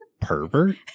pervert